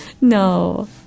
No